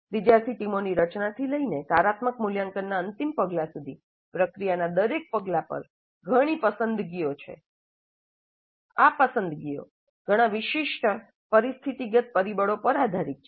વિદ્યાર્થી ટીમોની રચનાથી લઈને સારાત્મક મૂલ્યાંકનના અંતિમ પગલા સુધી પ્રક્રિયાના દરેક પગલા પર ઘણી પસંદગીઓ છે આ પસંદગીઓ ઘણા વિશિષ્ટ પરિસ્થિતિગત પરિબળો પર આધારિત છે